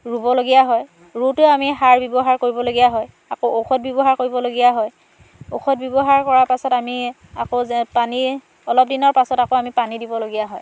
ৰুবলগীয়া হয় ৰুওঁতে আমি সাৰ ব্যৱহাৰ কৰিবলগীয়া হয় আকৌ ঔষধ ব্যৱহাৰ কৰিবলগীয়া হয় ঔষধ ব্যৱহাৰ কৰাৰ পাছত আমি আকৌ যে পানী অলপ দিনৰ পাছত আকৌ আমি পানী দিবলগীয়া হয়